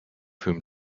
whom